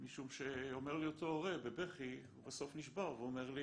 משום שאומר לי אותו הורה בבכי הוא בסוף נשבר ואומר לי